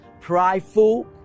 prideful